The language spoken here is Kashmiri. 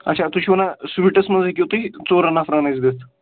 اَچھا تُہۍ چھِو وَنان سُویٖٹَس منٛز ہیٚکِو تُہۍ ژورَن نَفرَن اَسہِ دِتھ